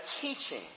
teaching